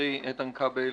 חברי איתן כבל.